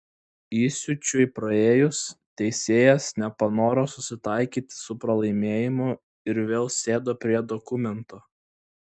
įsiūčiui praėjus teisėjas nepanoro susitaikyti su pralaimėjimu ir vėl sėdo prie dokumento